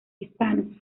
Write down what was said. hispanos